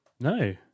No